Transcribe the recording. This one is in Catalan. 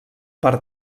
per